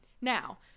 Now